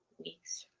weeks.